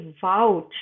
vouch